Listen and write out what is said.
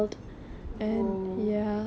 !whoa!